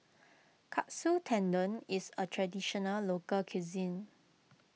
Katsu Tendon is a Traditional Local Cuisine